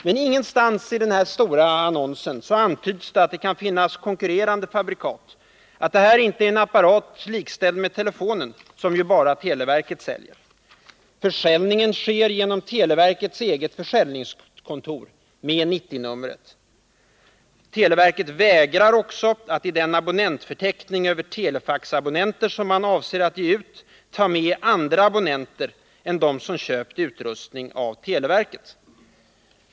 Men ingenstans i denna stora annons antyds att det kan finnas konkurrerande fabrikat, att detta inte är en apparat likställd med telefonen — som ju bara televerket säljer. Försäljningen sker genom televerkets eget försäljningskontor, med 90-numret. Televerket vägrar också att i den abonnentförteckning över telefaxabonnenter som man avser att ge ut ta med andra abonnenter än de som köpt utrustning av televerket.